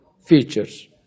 features